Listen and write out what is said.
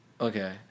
Okay